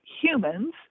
humans